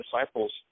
disciples